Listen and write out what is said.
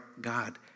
God